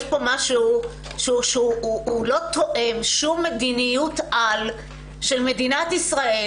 יש פה משהו שהוא לא תואם שום מדיניות על של מדינת ישראל,